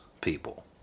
people